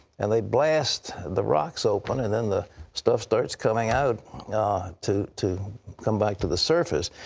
and they blast the rocks open, and then the stuff starts coming out ah to to come back to the surface.